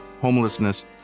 homelessness